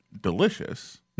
delicious